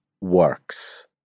works